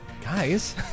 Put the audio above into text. Guys